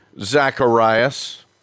Zacharias